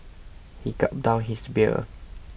he gulped down his beer